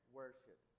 worship